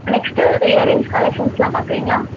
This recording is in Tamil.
நெக்ஸ்ட்டு இயரிங்ஸ் கலெக்ஷன்ஸ்லாம் பார்க்குறீங்களா